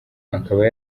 akaba